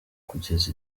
kugeza